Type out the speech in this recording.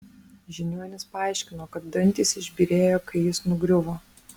žiniuonis paaiškino kad dantys išbyrėjo kai jis nugriuvo